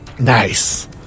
Nice